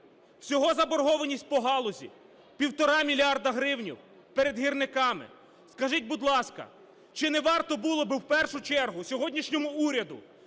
Всього заборгованість по галузі – 1,5 мільярда гривень перед гірниками. Скажіть, будь ласка, чи не варто було би, в першу чергу, сьогоднішньому уряду